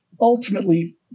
Ultimately